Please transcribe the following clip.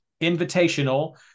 Invitational